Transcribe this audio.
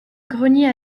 grenier